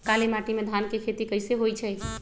काली माटी में धान के खेती कईसे होइ छइ?